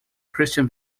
christian